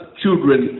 children